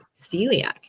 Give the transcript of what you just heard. celiac